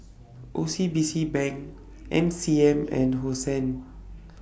O C B C Bank M C M and Hosen